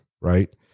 right